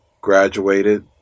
graduated